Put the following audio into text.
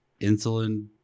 insulin